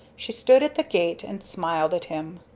she stood at the gate and smiled at him.